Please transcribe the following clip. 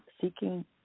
seeking